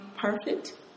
perfect